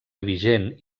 vigent